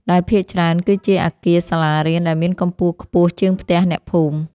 ដែលភាគច្រើនគឺជាអគារសាលារៀនដែលមានកម្ពស់ខ្ពស់ជាងផ្ទះអ្នកភូមិ។